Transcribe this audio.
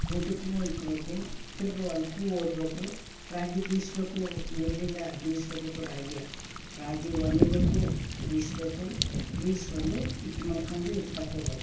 ಊಟಕ್ಕೂ ಇಡ್ಬೇಕು ತಿರುಗ ಹೊಲ್ಕೂ ಓಡಬೇಕು ರಾಗಿ ಬೀಸ್ಬೇಕು ಮಿಲ್ಲಿಲ್ಲ ಬೀಸ್ಕೊಳ್ಬೇಕು ರಾಗಿಯ ರಾಗಿ ಓನಿಬೇಕು ಬೀಸ್ಬೇಕು ಬೀಸ್ಕೊಂಡು ಹಿಟ್ಟು ಮಾಡ್ಕೊಂಡು ಹಿಟ್ಟು ತಗೊಳ್ಬೇಕು